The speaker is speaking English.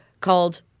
Called